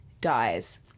dies